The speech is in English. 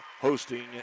hosting